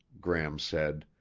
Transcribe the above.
gram said,